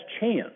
chance